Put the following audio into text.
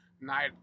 night